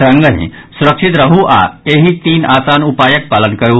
संगहि सुरक्षित रहू आ एहि तीन आसान उपायक पालन करू